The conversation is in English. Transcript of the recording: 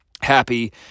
happy